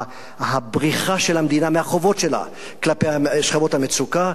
הבריחה של המדינה מהחובות שלה כלפי שכבות המצוקה,